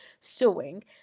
sewing